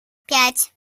пять